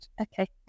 Okay